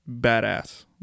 badass